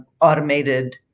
automated